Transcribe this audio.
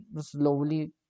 slowly